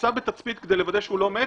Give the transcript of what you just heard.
נמצא בתצפית כדי לוודא שהוא לא מת